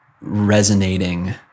resonating